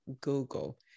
Google